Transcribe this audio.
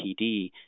PD